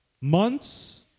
months